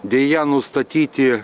deja nustatyti